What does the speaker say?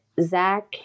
Zach